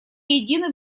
едины